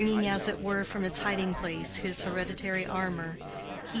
bringing as it were from its hiding-place his hereditary armor,